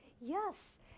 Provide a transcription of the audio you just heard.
Yes